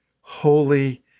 Holy